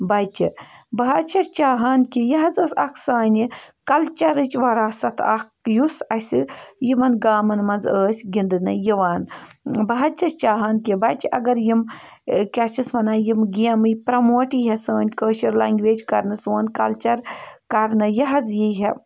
بَچہِ بہٕ حظ چھَس چاہان کہِ یہِ حظ ٲس اَکھ سانہِ کَلچَرٕچ وَراثَت اَکھ یُس اَسہِ یِمَن گامَن منٛز ٲسۍ گِنٛدنہٕ یِوان بہٕ حظ چھَس چاہان کہِ بَچہِ اگر یِم کیٛاہ چھِس وَنان یِم گیمہٕ یہِ پرٛموٹ یی ہا سٲنۍ کٲشٕر لنٛگویج کَرنہٕ سون کَلچَر کَرنہٕ یہِ حظ یی ہا